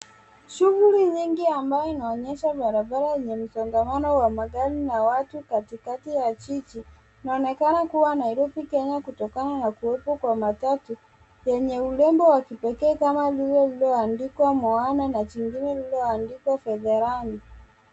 Shughuli nyingi ambayo inaonyesha barabara yenye msongamano wa magari na watu katikati ya jiji inaonekana kua Nairobi Kenya kutokana na kuweko kwa matatu yenye urembo wa kipekee kama vile liliandikwa Moana na jingine lililoandikwa Federani.